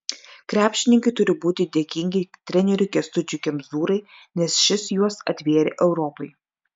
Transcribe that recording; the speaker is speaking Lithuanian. krepšininkai turi būti dėkingi treneriui kęstučiui kemzūrai nes šis juos atvėrė europai